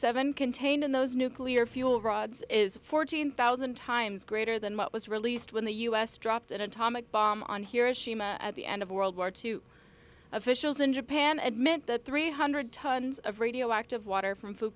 seven contained in those nuclear fuel rods is fourteen thousand times greater than mup was released when the u s dropped an atomic bomb on hiroshima at the end of world war two and officials in japan admit that three hundred tons of radioactive water from f